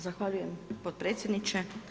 Zahvaljujem potpredsjedniče.